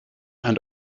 and